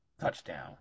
touchdown